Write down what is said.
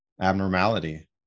abnormality